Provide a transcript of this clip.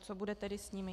Co bude tedy s nimi?